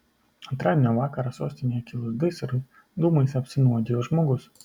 antradienio vakarą sostinėje kilus gaisrui dūmais apsinuodijo žmogus